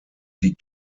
die